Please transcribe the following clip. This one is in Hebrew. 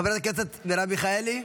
חברת הכנסת מרב מיכאלי,